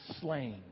slain